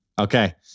Okay